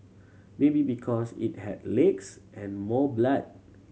maybe because it had legs and more blood